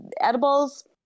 edibles